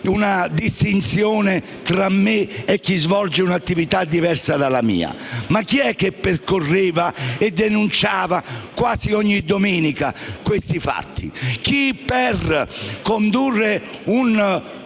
una distinzione tra me e chi svolge un'attività diversa dalla mia. Ma chi è che percorreva e denunciava quasi ogni domenica questi fatti? Chi, per condurre una